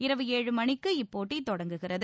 இரவு ஏழு மணிக்கு போட்டி தொடங்குகிறது